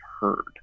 heard